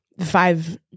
five